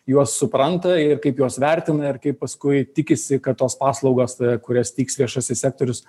juos supranta ir kaip juos vertina ir kaip paskui tikisi kad tos paslaugos kurias teiks viešasis sektorius